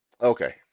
Okay